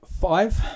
Five